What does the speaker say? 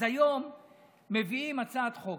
אז היום מביאים הצעת חוק.